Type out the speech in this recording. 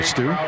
Stu